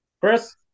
Chris